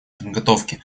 подготовки